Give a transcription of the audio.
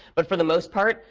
but for the most part,